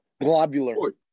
Globular